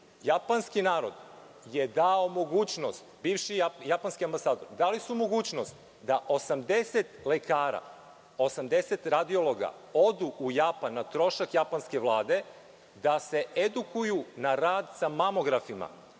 japanski narod je dao mogućnost, bivši japanski ambasador, dali su mogućnost da 80 lekara, 80 radiologa odu u Japan, o trošku Japanske Vlade da se edukuju na rad sa mamografima,